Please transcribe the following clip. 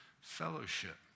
fellowship